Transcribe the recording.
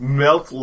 melt